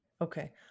Okay